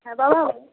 হ্যাঁ বাবা